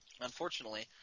Unfortunately